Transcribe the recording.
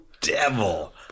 Devil